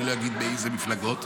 ואני לא אגיד מאיזה מפלגות,